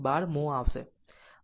12 mho હશે